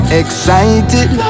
excited